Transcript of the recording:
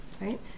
right